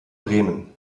bremen